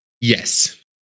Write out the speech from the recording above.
Yes